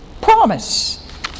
promise